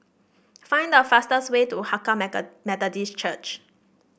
find the fastest way to Hakka Methodist Church